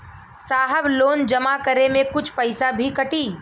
साहब लोन जमा करें में कुछ पैसा भी कटी?